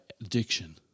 addiction